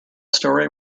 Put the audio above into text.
story